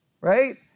Right